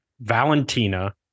Valentina